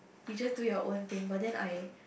you just do your own thing but then I